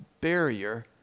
barrier